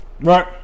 right